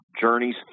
journeys